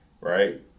right